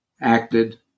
acted